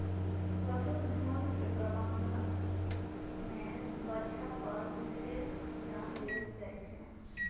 पशुझुण्ड के प्रबंधन में बछा पर विशेष ध्यान देल जाइ छइ